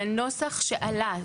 לנוסח שעלה.